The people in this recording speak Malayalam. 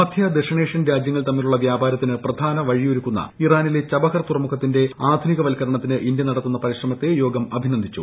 മധ്യ ദക്ഷിണേഷ്യൻ രാജ്യങ്ങൾ തമ്മിലുള്ള വ്യാപാരത്തിന് പ്രധാന വഴിയൊരുക്കുന്ന ഇറാനിലെ ചബഹർ തുറമുഖത്തിന്റെ ആധുനിക വൽക്കരണത്തിന് ഇന്ത്യ നടത്തുന്ന പരിശ്രമത്തെ യോഗം അഭിനന്ദിച്ചു